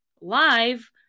live